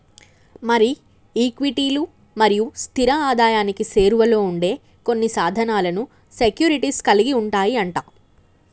మరి ఈక్విటీలు మరియు స్థిర ఆదాయానికి సేరువలో ఉండే కొన్ని సాధనాలను సెక్యూరిటీస్ కలిగి ఉంటాయి అంట